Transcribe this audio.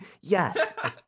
Yes